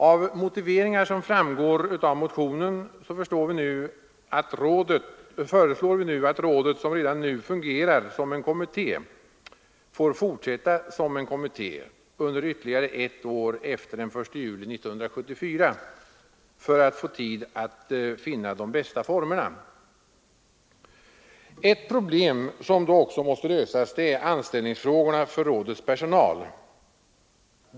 I motiveringar som framgår av motionen föreslår vi att rådet, som redan nu fungerar som en kommitté, får fortsätta som en kommitté under ytterligare ett år efter den 1 juli 1974 för att få tid att finna de bästa formerna. Ett problem som då också måste lösas är frågan om anställning av rådets personal.